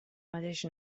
mateix